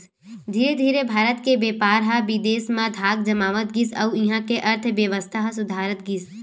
धीरे धीरे भारत के बेपार ह बिदेस म धाक जमावत गिस अउ इहां के अर्थबेवस्था ह सुधरत गिस